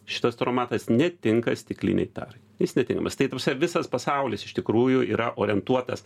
šitas taromatas netinka stiklinei tarai jis netinkamas tai ta prasme visas pasaulis iš tikrųjų yra orientuotas